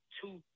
two